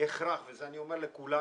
הכרח וזה אני אומר לכולנו